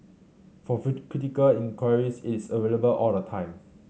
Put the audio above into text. for critical inquiries it's available all the time